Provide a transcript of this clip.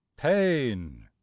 Pain